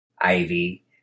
Ivy